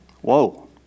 Whoa